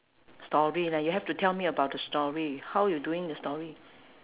story leh you have to tell me about the story how you doing the story